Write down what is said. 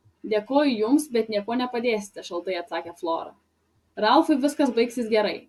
dėkoju jums bet niekuo nepadėsite šaltai atsakė flora ralfui viskas baigsis gerai